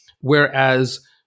Whereas